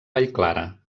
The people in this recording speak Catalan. vallclara